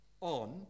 on